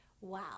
wow